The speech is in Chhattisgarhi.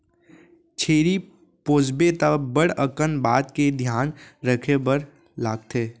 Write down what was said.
छेरी पोसबे त बड़ अकन बात के धियान रखे बर लागथे